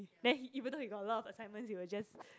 then he even though he got a lot assignments he will just